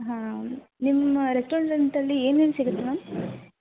ಹಾಂ ನಿಮ್ಮ ರೆಸ್ಟೋರೆಂಟಲ್ಲಿ ಏನು ಏನು ಸಿಗುತ್ತೆ ಮ್ಯಾಮ್